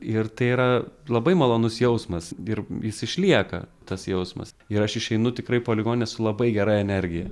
ir tai yra labai malonus jausmas ir jis išlieka tas jausmas ir aš išeinu tikrai po ligoninės su labai gera energija